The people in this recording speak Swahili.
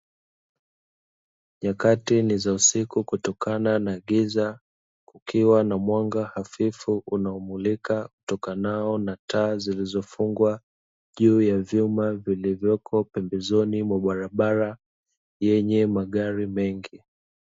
Nyakati ni za usiku kutokana na giza, ikiwa na mwangaza hafifu unaomulika utokanao na taa zilizofungwa, juu ya vyuma vilivyoko pembezoni mwa barabara yenye magari mengi.